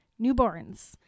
newborns